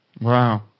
wow